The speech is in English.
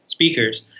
speakers